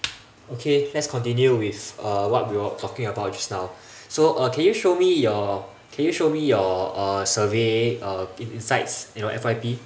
okay let's continue with uh what we were talking about just now so uh can you show me can your show me your uh survey uh in~ insights you know F_Y_P